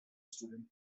student